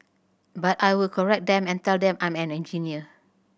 but I will correct them and tell them I'm an engineer